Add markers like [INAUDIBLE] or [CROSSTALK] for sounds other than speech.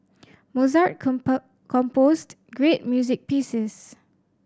Mozart [UNINTELLIGIBLE] composed great music pieces